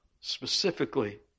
specifically